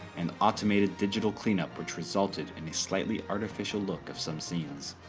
and automated digital cleanup which resulted in a slightly artificial look of some scenes.